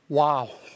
Wow